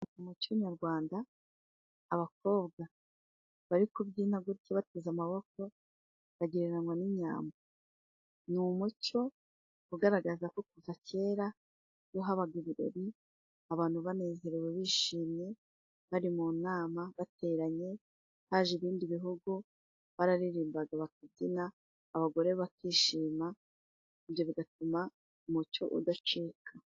Umuco nyarwanda, abakobwa bari kubyina gutyo bateze amaboko bagereranywa n'inyambo. Ni umuco ugaragaza ko kuva kera iyo habaga ibirori abantu banezerewe, bishimye bari mu nama bateranye haje ibindi bihugu, bararirimbaga bakabyina abagore bakishima. Ibyo bigatuma umuco udacika.